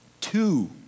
Two